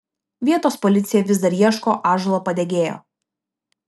vietos policija vis dar ieško ąžuolo padegėjo